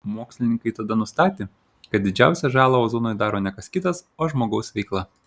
mokslininkai tada nustatė kad didžiausią žalą ozonui daro ne kas kitas o žmogaus veikla